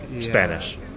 Spanish